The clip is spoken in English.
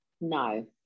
No